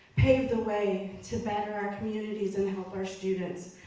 pave the way to better our communities and help our students.